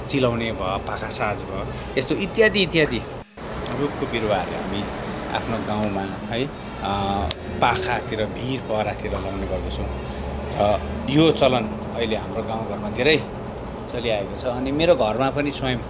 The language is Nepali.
चिलाउने भयो पाखासाज भयो यस्तो इत्यादि इत्यादि रुखको बिरुवाहरू हामी आफ्नो गाउँमा है पाखातिर भिर पहरातिर लगाउने गर्दछौँ र यो चलन अहिले हाम्रो गाउँघरमा धेरै चलिआएको छ अनि मेरो घरमा पनि स्वयं